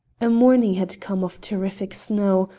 a morning had come of terrific snow,